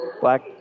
Black